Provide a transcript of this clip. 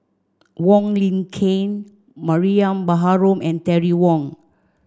Wong Lin Ken Mariam Baharom and Terry Wong